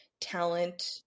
talent